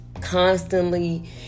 constantly